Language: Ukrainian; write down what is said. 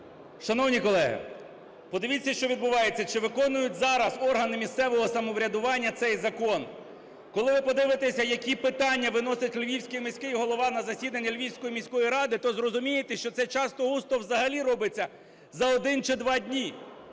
Шановні колеги, подивіться, що відбувається, чи виконують зараз органи місцевого самоврядування цей закон. Коли ви подивитесь, які питання виносить Львівський міський голова на засідання Львівської міської ради, то зрозумієте, що це часто-густо взагалі робиться за 1 чи 2 дня.